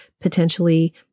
potentially